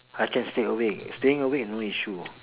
I can stay awake staying awake no issue